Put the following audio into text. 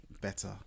better